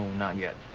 not yet.